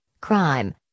Crime